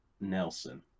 Nelson